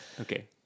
Okay